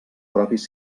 propis